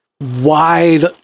wide